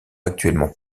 actuellement